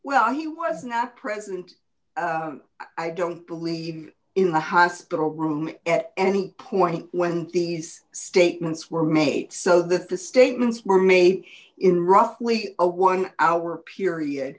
well he was not present i don't believe in the hospital room at any point when these statements were made so that the statements were made in roughly a one hour period